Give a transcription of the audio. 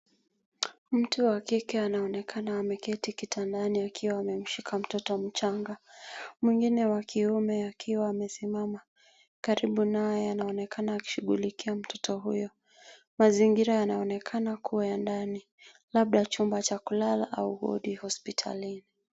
Mtu wa kiki anaonekana ameketi kitandani akiwa amemshika mtoto mchanga. Mwingine wa kiume akiwa amesimama karibu naye anaonekana akishugulikia mtoto huyo. Mazingira yanaonekana kuwa ya ndani, labda chumba cha kulala au wodi hospitalini.